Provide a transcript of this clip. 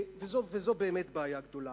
וזאת באמת בעיה גדולה,